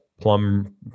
plum